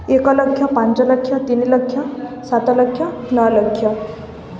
ଏକ ଲକ୍ଷ ପାଞ୍ଚ ଲକ୍ଷ ତିନି ଲକ୍ଷ ସାତ ଲକ୍ଷ ନଅ ଲକ୍ଷ